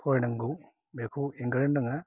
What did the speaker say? फरायनांगौ बेखौ एंगारनो नाङा